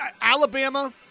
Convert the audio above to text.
Alabama